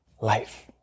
life